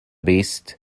beast